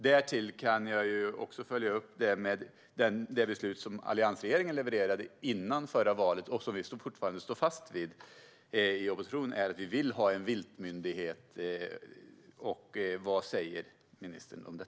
Låt mig följa upp detta med en fråga om det beslut som alliansregeringen levererade före förra valet och som vi fortfarande står fast vid i opposition: att vi vill ha en viltmyndighet. Vad säger ministern om det?